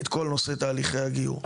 את כל נושא תהליכי הגיור.